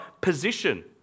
position